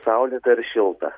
saulėta ir šilta